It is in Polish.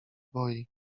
boi